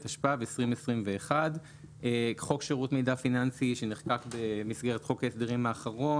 התשפ"ב 2021". חוק שירות מידע פיננסי שנחקק במסגרת חוק ההסדרים האחרון,